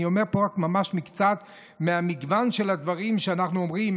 אני אומר פה רק ממש מקצת מהמגוון של הדברים שאנחנו אומרים.